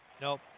Nope